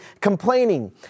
complaining